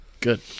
Good